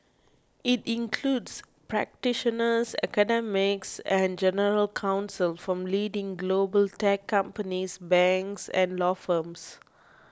it includes practitioners academics and general counsel from leading global tech companies banks and law firms